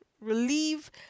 relieve